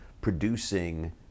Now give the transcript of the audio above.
producing